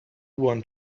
want